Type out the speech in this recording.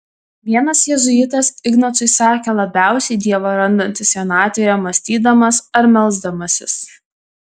vienas jėzuitas ignacui sakė labiausiai dievą randantis vienatvėje mąstydamas ar melsdamasis